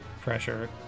pressure